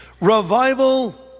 Revival